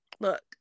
look